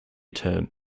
term